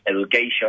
education